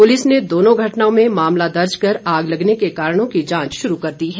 police ने दोनों घटनाओं में मामला दर्ज कर आग लगने के कारणों की जांच शुरू कर दी है